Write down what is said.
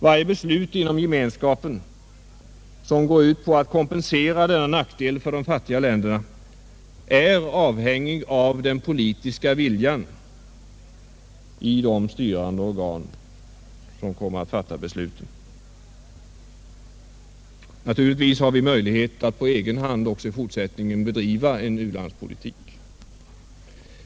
Varje beslut inom Gemenskapen som går ut på att kompensera denna nackdel för de fattiga länderna beror på den politiska viljan hos de styrande organ som kommer att fatta besluten. Naturligtvis har vi även i fortsättningen möjlighet att på egen hand bedriva u-landspolitik.